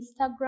Instagram